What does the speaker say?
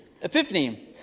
epiphany